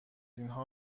اینها